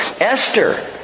Esther